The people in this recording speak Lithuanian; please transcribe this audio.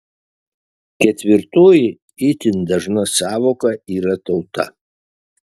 ketvirtoji itin dažna sąvoka yra tauta